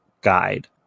guide